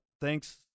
thanks